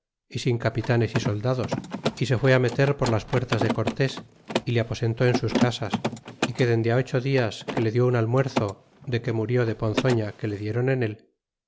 y sin capitanes y soldados y se fué meter por las puertas de cortés y le aposentó en sus casas y que dende ocho dias que le dió un almuerzo de que murió de ponzoña que le diéron en él